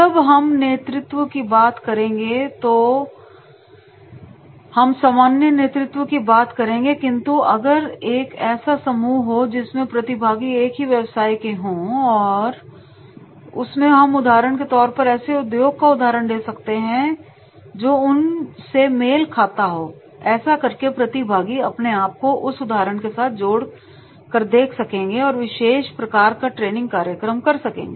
जब हम नेतृत्व की बात करेंगे तो हम सामान्य नेतृत्व की बात करेंगे किंतु अगर एक ऐसा समूह हो जिसमें प्रतिभागी एक ही व्यवसाय के हूं तो उसमें हम उदाहरण के तौर पर ऐसी उद्योग का उदाहरण दे सकते हैं जो उन से मेल खाता हो ऐसा करके प्रतिभागी अपने आप को उस उदाहरण के साथ जोड़ कर देख सकेंगे और विशेष प्रकार का ट्रेनिंग कार्यक्रम कर सकेंगे